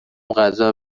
غذا